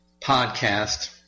podcast